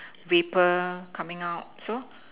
vapour coming out so